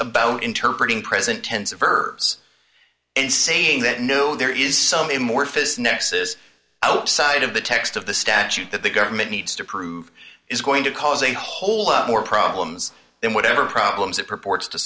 about interpret ing present tense verbs and saying that no there is some a more if is next is outside of the text of the statute that the government needs to prove is going to cause a whole lot more problems than whatever problems it purports to